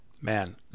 man